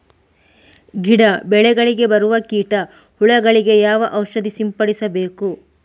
ಗಿಡ, ಬೆಳೆಗಳಿಗೆ ಬರುವ ಕೀಟ, ಹುಳಗಳಿಗೆ ಯಾವ ಔಷಧ ಸಿಂಪಡಿಸಬೇಕು?